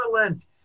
Excellent